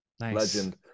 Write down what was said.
legend